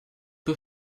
peu